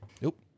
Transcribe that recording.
Nope